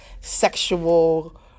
sexual